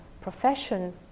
profession